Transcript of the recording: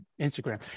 instagram